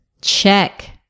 check